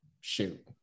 shoot